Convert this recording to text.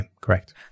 correct